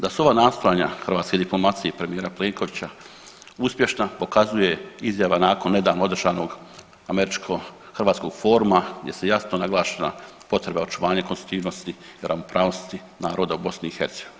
Da su ova nastojanja hrvatske diplomacije, premijera Plenkovića uspješna pokazuje izjava nakon nedavno održanog američko-hrvatskog foruma gdje je jasno naglašena potreba očuvanja konstitutivnosti i ravnopravnosti naroda u BiH.